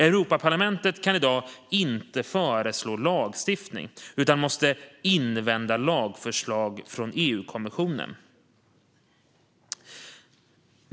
Europaparlamentet kan i dag inte föreslå lagstiftning utan måste invänta lagförslag från EU-kommissionen.